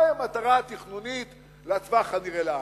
מהי המטרה התכנונית לטווח הנראה לעין?